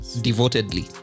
devotedly